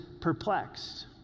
perplexed